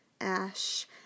Ash